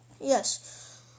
Yes